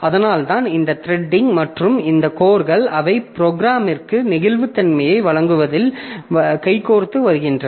அதனால்தான் இந்த த்ரெட்டிங் மற்றும் இந்த கோர்கள் அவை புரோகிராமருக்கு நெகிழ்வுத்தன்மையை வழங்குவதில் கைகோர்த்து வருகின்றன